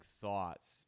thoughts